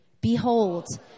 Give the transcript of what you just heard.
Behold